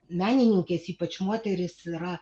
menininkės ypač moterys yra